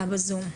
בזום.